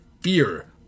Fear